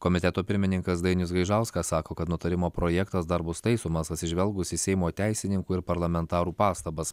komiteto pirmininkas dainius gaižauskas sako kad nutarimo projektas dar bus taisomas atsižvelgus į seimo teisininkų ir parlamentarų pastabas